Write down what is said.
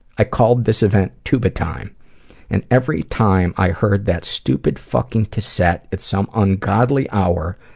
i called this event tuba time and every time i heard that stupid fucking cassette at some ungodly hour,